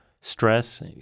stress